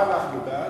אנחנו בעד?